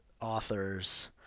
authors